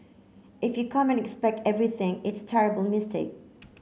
if you come and expect everything it's terrible mistake